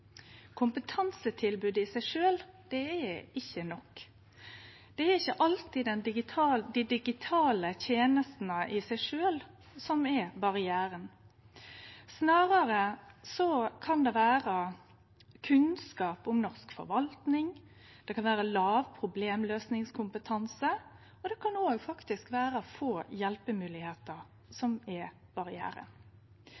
Kompetansetilbodet i seg sjølv er ikkje nok. Det er ikkje alltid det er dei digitale tenestene i seg sjølve som er barrieren, snarare kan det vere kunnskap om norsk forvaltning, det kan vere låg problemløysingskompetanse, og det kan òg vere få